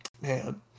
man